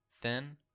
thin